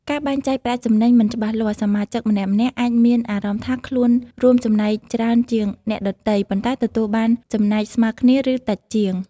ការបែងចែកប្រាក់ចំណេញមិនច្បាស់លាស់ សមាជិកម្នាក់ៗអាចមានអារម្មណ៍ថាខ្លួនរួមចំណែកច្រើនជាងអ្នកដទៃ ប៉ុន្តែទទួលបានចំណែកស្មើគ្នា ឬតិចជាង។